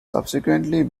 subsequently